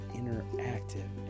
interactive